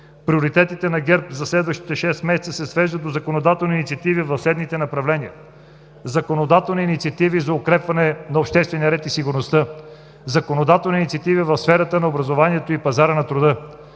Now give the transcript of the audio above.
Приоритетите на ГЕРБ за следващите шест месеца се свеждат до законодателни инициативи в следните направления: - законодателни инициативи за укрепване на обществения ред и сигурността; - законодателни инициативи в сферата на образованието и пазара на труда;